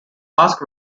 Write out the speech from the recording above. ask